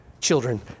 children